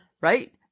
Right